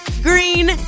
green